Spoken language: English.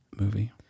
movie